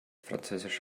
französisch